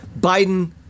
Biden